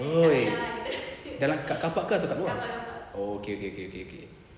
!oi! jalan kat carpark ke atau kat luar oh okay okay okay